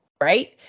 right